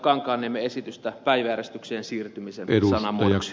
kankaanniemen esitystä päiväjärjestykseen siirtymisen sanamuodoksi